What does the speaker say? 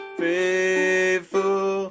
faithful